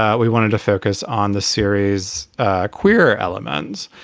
ah we wanted to focus on the series queer elements.